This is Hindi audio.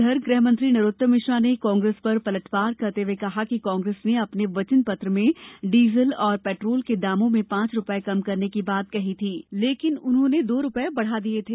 उधर गृहमंत्री नरोत्तम मिश्रा ने कांग्रेस पर पलटवार करते हुए कहा कि कांग्रेस ने अपने वचनपत्र में डीजल और पेट्रोल के दामों में पांच रुपये कम करने की बात कही थी लेकिन उन्होंने दो रुपये बढ़ा दिये थे